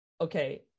okay